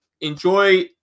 enjoy